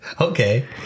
Okay